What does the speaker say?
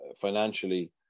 financially